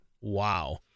Wow